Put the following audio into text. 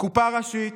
"קופה ראשית",